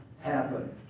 happen